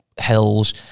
hills